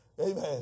Amen